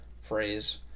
phrase